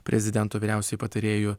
prezidento vyriausiuoju patarėju